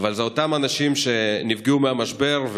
זה אותם אנשים שנפגעו מהמשבר,